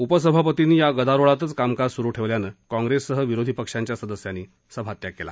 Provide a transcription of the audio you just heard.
उपसभापतींनी या गदारोळातच कामकाज सुरू ठेवल्यानं काँग्रेससह विरोधी पक्षांच्या सदस्यांनी सभात्याग केला